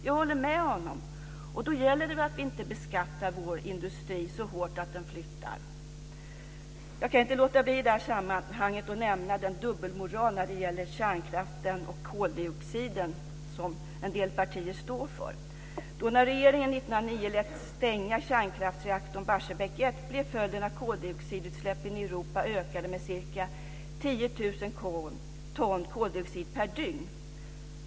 Jag håller med honom. Då gäller det att vi inte beskattar vår industri så hårt att den flyttar. I det här sammanhanget kan jag inte låta bli att nämna den dubbelmoral när det gäller kärnkraften och koldioxiden som en del partier står för. När regeringen 1999 låt stänga kärnkraftsreaktorn Barsebäck 1 blev följden att koldioxidutsläppen i Europa ökade med ca 10 000 ton koldioxid per dygn.